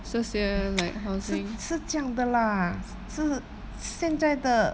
这些 like housing